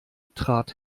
trat